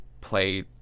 play